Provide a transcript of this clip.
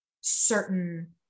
certain